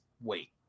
wait